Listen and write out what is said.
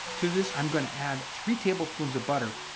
to this i'm going to add three tablespoons of butter,